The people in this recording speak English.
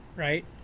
right